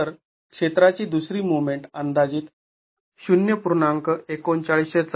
तर क्षेत्राची दुसरी मोमेंट अंदाजीत ०